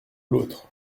l’autre